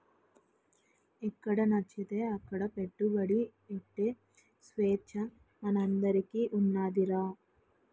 ఎక్కడనచ్చితే అక్కడ పెట్టుబడి ఎట్టే సేచ్చ మనందరికీ ఉన్నాదిరా